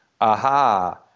Aha